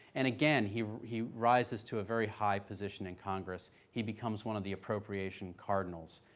and again he he rises to a very high position in congress. he becomes one of the appropriation cardinals,